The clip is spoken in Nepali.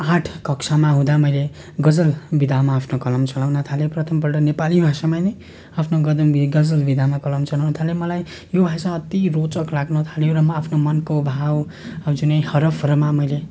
आठ कक्षामा हुँदा मैले गजल विधामा आफ्नो कलम चलाउन थालेँ प्रथमपल्ट नेपाली भाषामा नै आफ्नो गजल वि आफ्नो गजल विधामा कलम चलाउन थालेँ मलाई यो भाषा अधिक रोचक लाग्नुथाल्यो र म आफ्नो मनको भाव जुनै हरफहरूमा मैले